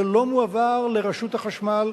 זה לא מועבר לרשות החשמל,